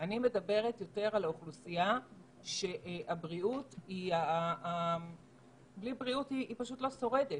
אני מדברת יותר על אוכלוסייה שבלי בריאות היא פשוט לא שורדת.